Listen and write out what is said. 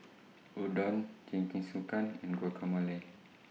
Udon Jingisukan and Guacamole